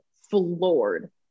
floored